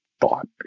thought